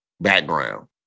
background